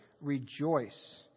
rejoice